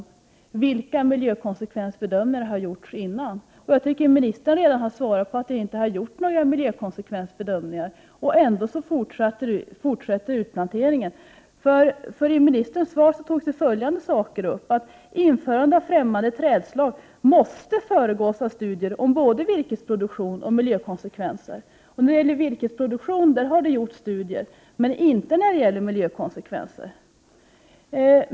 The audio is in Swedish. Vilka miljökonsekvensbedömningar har gjorts? Jag tycker att ministern redan har svarat att det inte gjorts några miljökonsekvensbedömningar. Ändå fortsätter utplanteringen. Ministern säger i sitt svar att införande av främmande trädslag måste föregås av studier av både virkesproduktion och miljökonsekvenser. När det gäller virkesproduktion har det gjorts studier men inte när det gäller miljökonsekvenser.